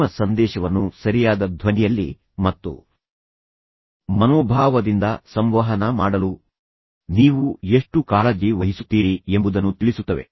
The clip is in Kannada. ನಿಮ್ಮ ಸಂದೇಶವನ್ನು ಸರಿಯಾದ ಧ್ವನಿಯಲ್ಲಿ ಮತ್ತು ಮನೋಭಾವದಿಂದ ಸಂವಹನ ಮಾಡಲು ನೀವು ಎಷ್ಟು ಕಾಳಜಿ ವಹಿಸುತ್ತೀರಿ ಎಂಬುದನ್ನು ತಿಳಿಸುತ್ತವೆ